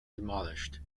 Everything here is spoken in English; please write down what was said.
demolished